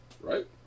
right